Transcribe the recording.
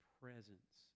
presence